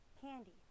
Candy